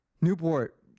Newport